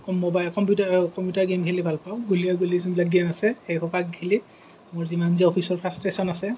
computer game খেলি ভালপাওঁ গুলীয়াগুলি যোনবিলাক গেম আছে সেইসোপা খেলি মোৰ যিমান যি অফিচৰ ফাৰ্ষ্টষ্ট্ৰেচন আছে